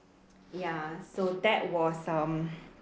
ya so that was um